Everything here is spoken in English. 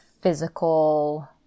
physical